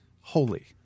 holy